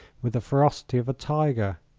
with the ferocity of a tiger.